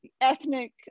ethnic